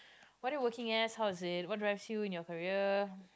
what are you working as how is it what drives you in your career